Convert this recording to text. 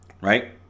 right